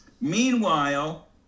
Meanwhile